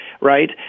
right